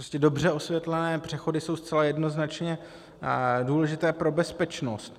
Prostě dobře osvětlené přechody jsou zcela jednoznačně důležité pro bezpečnost.